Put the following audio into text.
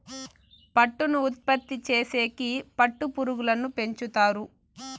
పట్టును ఉత్పత్తి చేసేకి పట్టు పురుగులను పెంచుతారు